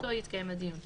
שבאמצעותו יתקיים הדיון,